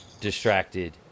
Distracted